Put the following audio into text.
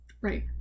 Right